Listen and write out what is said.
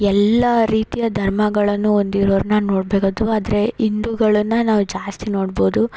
ಎಲ್ಲ ರೀತಿಯ ಧರ್ಮಗಳನ್ನು ಹೊಂದಿರೋರ್ನ ನೋಡ್ಬಹುದು ಆದರೆ ಹಿಂದೂಗಳನ್ನ ನಾವು ಜಾಸ್ತಿ ನೋಡ್ಬೋದು